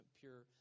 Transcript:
pure